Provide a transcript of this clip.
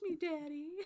Daddy